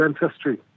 ancestry